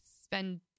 spend